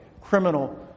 criminal